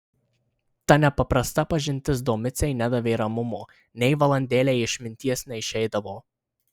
ta nepaprasta pažintis domicei nedavė ramumo nei valandėlei iš minties neišeidavo